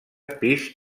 pis